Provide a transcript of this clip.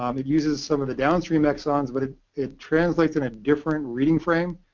um it uses some of the downstream exons but it it translates in a different reading frame